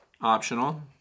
optional